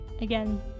again